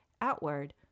outward